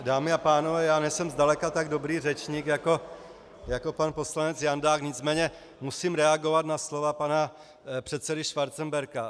Dámy a pánové, já nejsem zdaleka tak dobrý řečník jako pan poslanec Jandák, nicméně musím reagovat na slova pana předsedy Schwarzenberga.